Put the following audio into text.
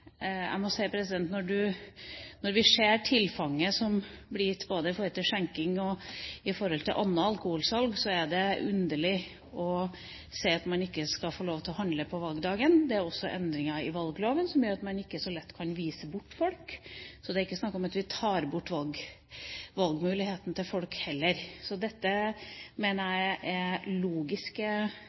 Jeg må si at når vi ser tilfanget av både skjenking og annet alkoholsalg, er det underlig å si at man ikke skal få lov til å handle på valgdagen. Det er også endringer i valgloven som gjør at man ikke så lett kan vise bort folk. Det er ikke snakk om at vi tar bort valgmuligheten for folk. Dette mener jeg er logiske følger av tidligere vedtak, så vi kommer til å stemme for forslag nr. 1 og forslag nr. 2. Det er